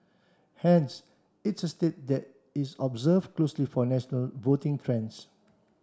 hence it's a state that is observe closely for national voting trends